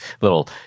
little